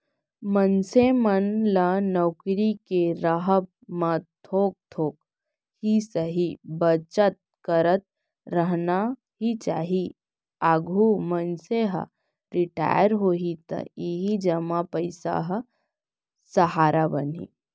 मनसे मन ल नउकरी के राहब म थोक थोक ही सही बचत करत रखना ही चाही, आघु मनसे ह रिटायर होही त इही जमा पइसा ह सहारा बनही